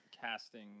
casting